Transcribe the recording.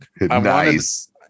nice